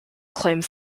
claims